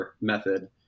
method